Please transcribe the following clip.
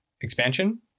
expansion